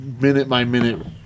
minute-by-minute